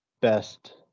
best